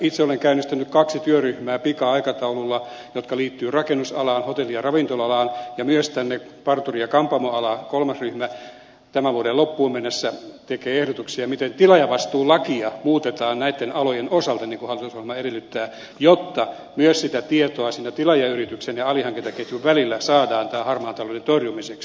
itse olen käynnistänyt pika aikataululla kaksi työryhmää jotka liittyvät rakennusalaan hotelli ja ravintola alaan ja myös parturi ja kampaamoalaan kolmas ryhmä jotka tämän vuoden loppuun mennessä tekevät ehdotuksia miten tilaajavastuulakia muutetaan näitten alojen osalta niin kuin hallitusohjelma edellyttää jotta myös sitä tietoa siinä tilaajayrityksen ja alihankintaketjun välillä saadaan tämän harmaan talouden torjumiseksi